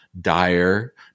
dire